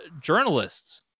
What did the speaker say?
journalists